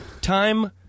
Time